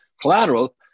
collateral